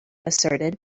asserted